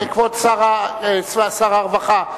כבוד שר הרווחה,